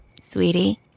Sweetie